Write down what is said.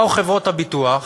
באו חברות הביטוח